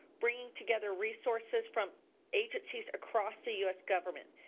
bringing together resources from agencies across the us government.